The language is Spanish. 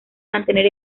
mantener